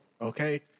okay